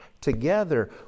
together